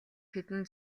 хэдэн